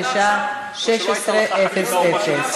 אין נמנעים,